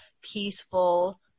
peaceful